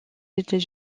états